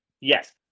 yes